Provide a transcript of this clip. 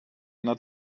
not